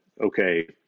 okay